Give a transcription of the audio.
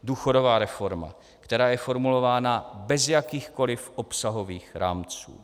Důchodová reforma, která je formulována bez jakýchkoliv obsahových rámců.